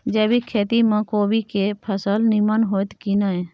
जैविक खेती म कोबी के फसल नीमन होतय की नय?